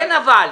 אין אבל,